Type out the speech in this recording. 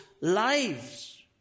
lives